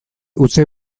utzi